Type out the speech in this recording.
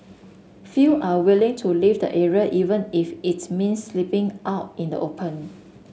few are willing to leave the area even if it means sleeping out in the open